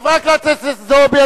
חברת הכנסת זועבי.